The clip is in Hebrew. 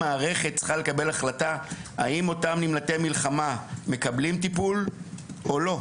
כל המערכת צריכה לקבל החלטה האם אותם נמלטי מלחמה מקבלים טיפול או לא,